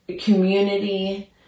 community